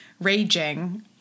raging